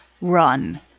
run